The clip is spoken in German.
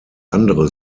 andere